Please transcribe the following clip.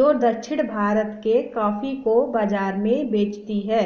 जो दक्षिण भारत के कॉफी को बाजार में बेचती है